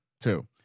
Two